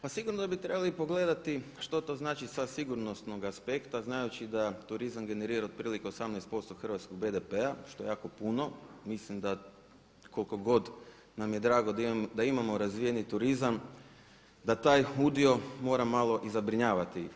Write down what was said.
Pa sigurno da bi trebali pogledati što to znači sa sigurnosnoga aspekta znajući da turiram generira otprilike 18% hrvatskog BDP-a, što je jako puno, mislim da koliko god nam je drago da imamo razvijeni turizam da taj udio mora malo i zabrinjavati.